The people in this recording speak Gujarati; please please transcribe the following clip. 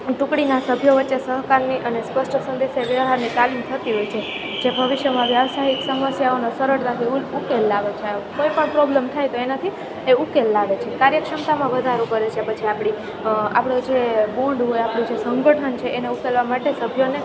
ટુકડીના સભ્યો વચ્ચે સહકારની અને સ્પષ્ટ સંદેશા વ્યવહારની તાલીમ થતી હોય છે જે ભવિષ્યમાં વ્યવસાયિક સમસ્યાઓનો સરળતાથી ઉકેલ લાવે છે કોઈપણ પ્રોબ્લમ થાય તો એનાથી એ ઉકેલ લાવે છે કાર્ય ક્ષમતામાં વધારો કરે છે પછી આપણી આપણો જે બોન્ડ હોય આપણું જે સંગઠન છે એને ઉકેલવા માટે સભ્યોને